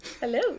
hello